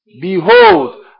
Behold